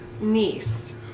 niece